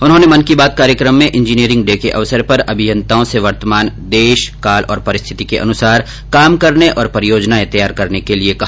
उन्होंने मन की बात कार्यक्रम में इंजीनियरिंग डे के अवसर पर अभियंताओं से वर्तमान देश काल और परिस्थिति के अनुसार कार्य करने तथा परियोजनाएं तैयार करने के लिए कहा